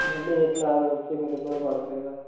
మళ్ళీ ఇట్లా వచ్చి మీరు ఇబ్బందులు పడుతారు కదా